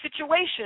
situation